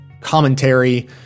commentary